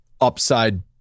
upside